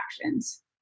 actions